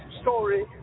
story